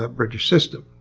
ah british system,